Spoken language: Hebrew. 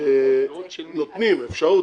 נותנים אפשרות